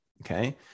okay